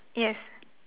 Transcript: yes